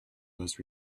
was